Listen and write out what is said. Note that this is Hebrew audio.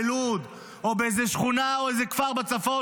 באיזו שכונה בלוד או באיזו שכונה או באיזה כפר בצפון,